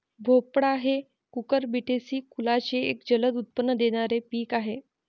भोपळा हे कुकुरबिटेसी कुलाचे एक जलद उत्पन्न देणारे पीक आहे